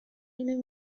اینو